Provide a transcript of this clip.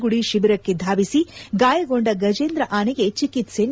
ಗುಡಿ ಶಿಬಿರಕ್ಕೆ ಧಾವಿಸಿ ಗಾಯಗೊಂಡ ಗಜೇಂದ್ರ ಆನೆಗೆ ಚಿಕಿತ್ಸೆ ನೀಡಿದೆ